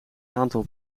aantal